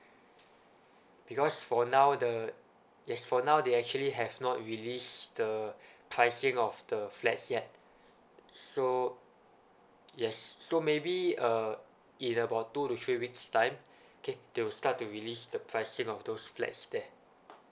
because for now the yes for now they actually have not release the pricing of the flats yet so yes so maybe uh in about two to three weeks time okay they will start to release the pricing of those flats there